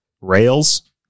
rails